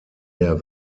der